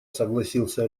согласился